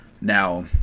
Now